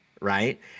Right